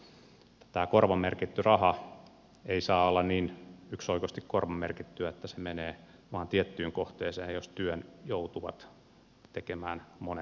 tämä korvamerkitty raha ei saa olla niin yksioikoisesti korvamerkittyä että se menee vain tiettyyn kohteeseen jos työn joutuvat tekemään monet muut